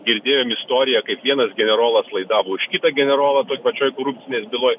girdėjom istoriją kaip vienas generolas laidavo už kitą generolą toj pačioj korupcinės byloj